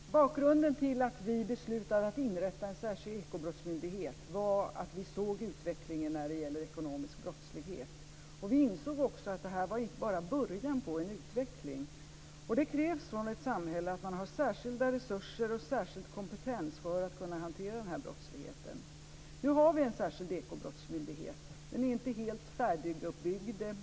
Fru talman! Bakgrunden till att vi beslutade att inrätta en särskild ekobrottsmyndighet var att vi såg utvecklingen när det gäller ekonomisk brottslighet. Vi insåg också att detta bara var början på en utveckling. Det krävs av ett samhälle att man har särskilda resurser och särskild kompetens för att kunna hantera den här brottsligheten. Nu har vi en särskild ekobrottsmyndighet. Den är inte helt färdiguppbyggd.